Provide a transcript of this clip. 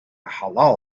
halal